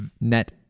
net